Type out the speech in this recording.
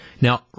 Now